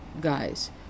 guys